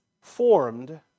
formed